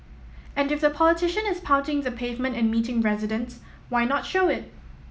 and if the politician is pounding the pavement and meeting residents why not show it